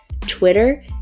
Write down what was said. Twitter